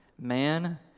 man